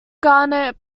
garnet